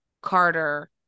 carter